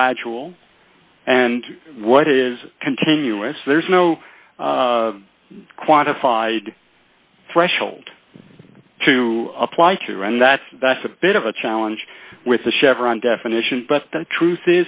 gradual and what is continuous there's no quantified threshold to apply to run that that's a bit of a challenge with the chevron definition but t